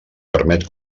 permet